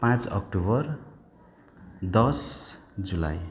पाँच अक्टोबर दस जुलाई